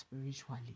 spiritually